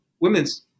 women's